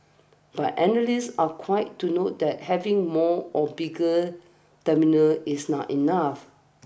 but analysts are quite to note that having more or bigger terminals is not enough